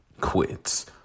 quits